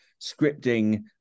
Scripting